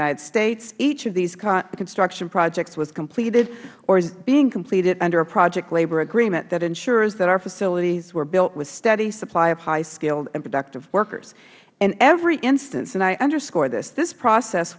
united states each of these construction projects was completed or is being completed under a project labor agreement that ensures that our facilities were built a steady supply of high skilled and productive workers in every instance and i underscore this this process